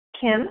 Kim